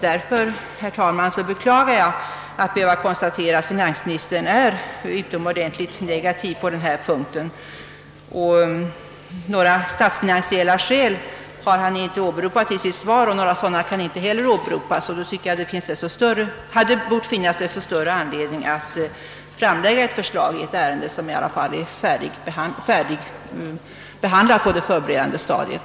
Därför, herr talman, beklagar jag att behöva konstatera, att finansministern är utomordentligt negativ på denna punkt. Några statsfinansiella skäl har han inte åberopat i sitt svar, och några sådana kan inte heller åberopas. Då tycker jag att det hade bort finnas desto större anledning att framlägga ett förslag i ett ärende som i alla fall är färdigbebandlat på det förberedande stadiet.